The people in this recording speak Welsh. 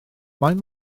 faint